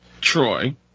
Troy